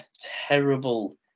terrible